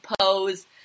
pose